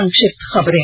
संक्षिप्त खबरें